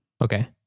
Okay